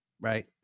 right